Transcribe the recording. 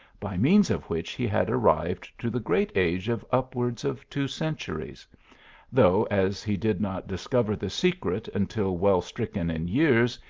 by means of which he had arrived to the great age of upwards of two centuries though, as he did not discover the secret until well stricken in years,